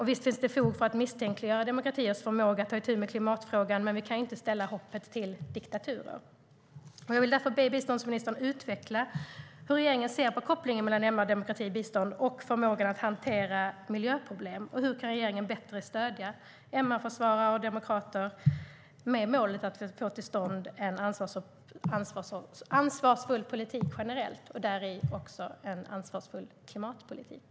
Visst finns det fog för att misstänkliggöra demokratiers förmåga att ta itu med klimatfrågan, men vi kan ju inte ställa hoppet till diktaturer.